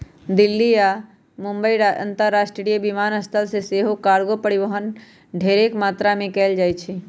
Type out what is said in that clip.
दिल्ली आऽ मुंबई अंतरराष्ट्रीय विमानस्थल से सेहो कार्गो परिवहन ढेरेक मात्रा में कएल जाइ छइ